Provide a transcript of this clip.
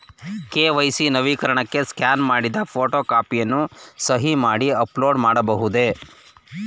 KYC ನವೀಕರಣಕ್ಕೆ scan ಮಾಡಿದ photo ಕಾಪಿಯನ್ನು ಸಹಿ ಮಾಡಿ ಅಪ್ಲೋಡ್ ಮಾಡಬಹುದೇ?